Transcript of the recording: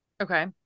Okay